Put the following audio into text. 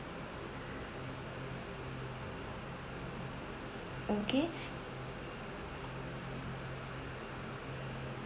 okay